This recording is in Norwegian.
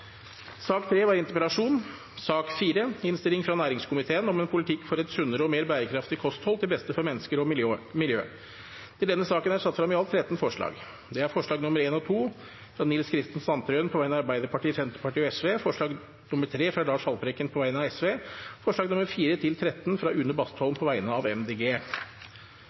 Sak nr. 3 var interpellasjon. Under debatten er det satt frem i alt 13 forslag. Det er forslagene nr. 1 og 2, fra Nils Kristen Sandtrøen på vegne av Arbeiderpartiet, Senterpartiet og Sosialistisk Venstreparti forslag nr. 3, fra Lars Haltbrekken på vegne av Sosialistisk Venstreparti forslagene nr. 4–13, fra Une Bastholm på vegne av